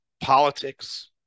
politics